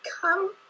come